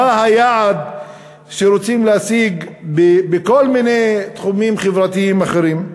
מה היעד שרוצים להשיג בכל מיני תחומים חברתיים אחרים?